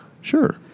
Sure